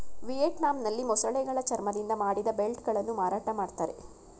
ವಿಯೆಟ್ನಾಂನಲ್ಲಿ ಮೊಸಳೆಗಳ ಚರ್ಮದಿಂದ ಮಾಡಿದ ಬೆಲ್ಟ್ ಗಳನ್ನು ಮಾರಾಟ ಮಾಡ್ತರೆ